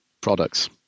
products